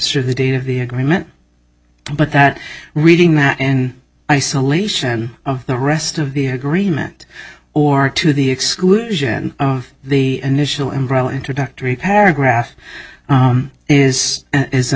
are the date of the agreement but that reading that in isolation of the rest of the agreement or to the exclusion of the initial embroil introductory paragraph is is an